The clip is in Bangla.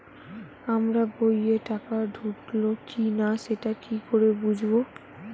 আমার বইয়ে টাকা ঢুকলো কি না সেটা কি করে বুঝবো?